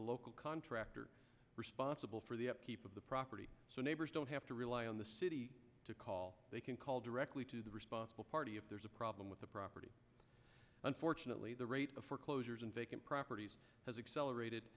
a local contractor responsible for the upkeep of the property so neighbors don't have to rely on the city to call they can call directly to the responsible party if there's a problem with the property unfortunately the rate of foreclosures and vacant properties has accelerated